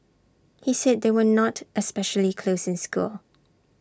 he said they were not especially close in school